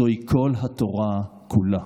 זוהי כל התורה כולה.